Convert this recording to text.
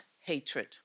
hatred